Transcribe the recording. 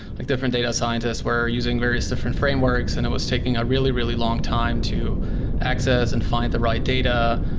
like different data scientists were using various different frameworks and it was taking a really, really long time to access and find the right data,